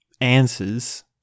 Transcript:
answers